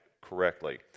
correctly